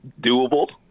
doable